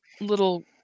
little